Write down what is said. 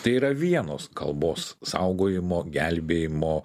tai yra vienos kalbos saugojimo gelbėjimo